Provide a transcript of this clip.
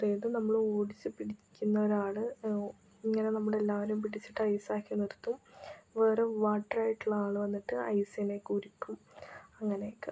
ഇത് നമ്മളോടിച്ച് പിടിക്കുന്നൊരാൾ ഓ ഇങ്ങനെ നമ്മളെല്ലാവരും പിടിച്ചിട്ടൈസാക്കി നിർത്തും ഒരു വാട്ടറായിട്ടുള്ളയാൾ വന്നിട്ട് ഐസിനെയൊക്കുരുക്കും അങ്ങനെയൊക്കെ